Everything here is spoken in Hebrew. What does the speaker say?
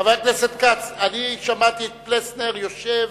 חבר הכנסת כץ, אני ראיתי את פלסנר יושב